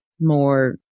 more